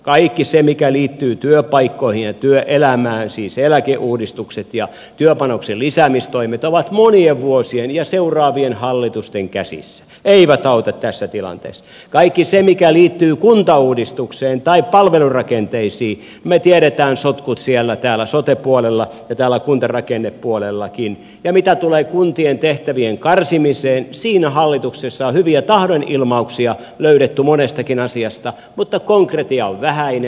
kaikki se mikä liittyy työpaikkoihin ja työelämään siis eläkeuudistukset ja työpanoksen lisäämistoimet on monien vuosien ja seuraavien hallitusten käsissä ei auta tässä tilanteessa kaikki se mikä liittyy kuntauudistukseen tai palvelurakenteisiin me tiedämme sotkut siellä täällä sote puolella ja täällä kuntarakennepuolellakin ja mitä tulee kuntien tehtävien karsimiseen siinä hallituksessa on hyviä tahdonilmauksia löydetty monestakin asiasta mutta konkretia on vähäinen